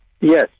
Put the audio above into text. Yes